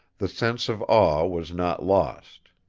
the sense of awe was not lost.